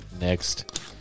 Next